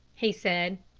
he said.